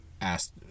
asked